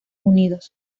unidos